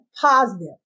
positive